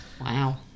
Wow